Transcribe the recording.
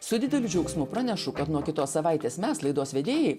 su dideliu džiaugsmu pranešu kad nuo kitos savaitės mes laidos vedėjai